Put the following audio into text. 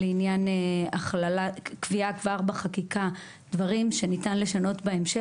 לעניין קביעה בחקיקה של דברים שניתן לשנות בהמשך,